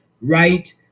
right